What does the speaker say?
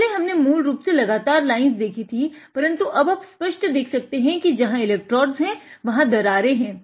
पहले हमने मूल रूप से लगातार लाइन्स देखि थी परन्तु अब आप स्पष्ट देख सकते हैं कि जहाँ इलेक्ट्रोड्स है वहां दरार है